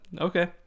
okay